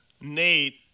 nate